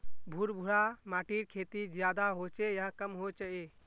भुर भुरा माटिर खेती ज्यादा होचे या कम होचए?